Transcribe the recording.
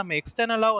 external